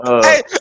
hey